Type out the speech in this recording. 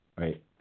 Right